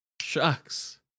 Shucks